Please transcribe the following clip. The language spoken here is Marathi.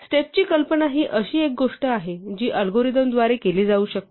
स्टेप्सची कल्पना ही अशी एक गोष्ट आहे जी अल्गोरिदम द्वारे केली जाऊ शकते